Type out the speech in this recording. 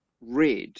red